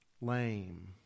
lame